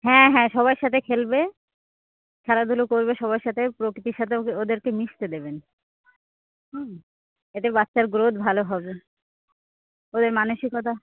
হ্যাঁ হ্যাঁ সবার সাথে খেলবে খেলাধুলো করবে সবার সাথে প্রকৃতির সাথেও ওদেরকে মিশতে দেবেন হুম এতে বাচ্চার গ্রোথ ভালো হবে ওদের মানসিকতা